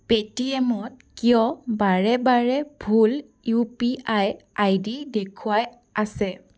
pay টি এমত কিয় বাৰে বাৰে ভুল U P I I D দেখুৱাই আছে